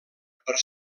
per